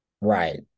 right